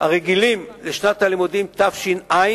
הרגילים לשנת הלימודים תש"ע,